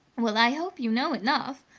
well, i hope you know enough!